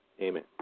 Amen